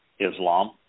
Islam